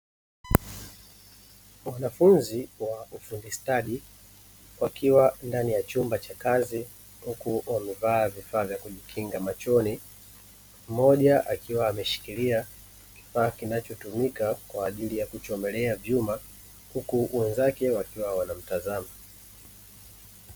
Wanafunzi wa ufundi stadi wakiwa ndani ya chumba cha kazi huku wamevaa vifaa vya kujikinga machoni, mmoja akiwa ameshikilia kifaa kinachotumika kwa ajili ya kuchomelea vyuma huku wenzake wakiwa wanamtazama.